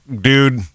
dude